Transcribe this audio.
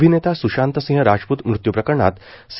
अभिनेता स्शांतसिंह राजप्त मृत्यू प्रकरणात सी